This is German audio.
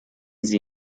sie